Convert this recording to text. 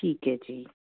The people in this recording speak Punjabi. ਠੀਕ ਹੈ ਜੀ